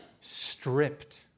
Stripped